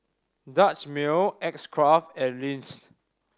Dutch Mill X Craft and Lindt